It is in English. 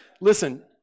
listen